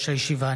הישיבה,